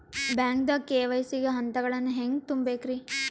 ಬ್ಯಾಂಕ್ದಾಗ ಕೆ.ವೈ.ಸಿ ಗ ಹಂತಗಳನ್ನ ಹೆಂಗ್ ತುಂಬೇಕ್ರಿ?